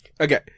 Okay